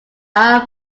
are